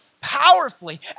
powerfully